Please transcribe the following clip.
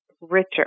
richer